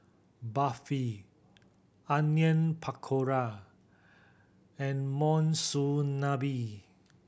Barfi Onion Pakora and Monsunabe